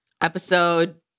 episode